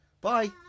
bye